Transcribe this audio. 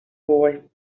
boy